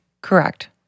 Correct